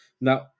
now